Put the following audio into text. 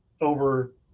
over